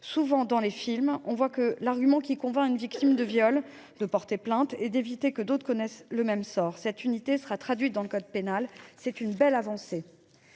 souvent dans des films un argument convaincre une victime de viol de porter plainte : éviter que d’autres connaissent le même sort. Cette unité sera traduite dans le code pénal et c’est une belle avancée.